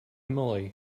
moly